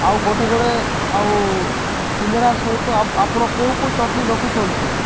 ଆଉ ଗୋଟେ ଗୋଟେ ଆଉ ସିଙ୍ଗଡ଼ା ସହିତ ଆପଣ କେଉଁ କେଉଁ ଚଟଣିି ରଖୁଛନ୍ତି